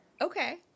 Okay